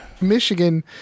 Michigan